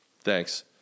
Thanks